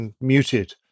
muted